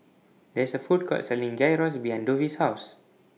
There IS A Food Court Selling Gyros behind Dovie's House